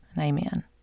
Amen